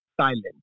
silent